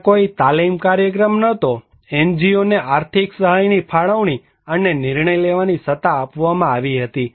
ત્યાં કોઈ તાલીમ કાર્યક્રમો ન હતા NGOને આર્થિક સહાયની ફાળવણી અને નિર્ણય લેવાની સત્તા આપવામાં આવી હતી